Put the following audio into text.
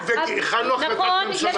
אבל את לא